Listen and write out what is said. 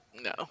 No